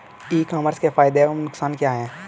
ई commerce के फायदे एवं नुकसान क्या हैं?